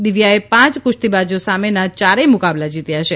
દિવ્યાએ પાંચ કુશ્તીબાજો સામેના યારેય મુકાબલા જીત્યા છે